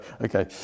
okay